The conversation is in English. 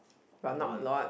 but not a lot